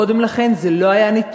קודם לכן זה לא ניתן.